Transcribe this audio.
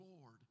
Lord